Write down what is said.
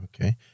Okay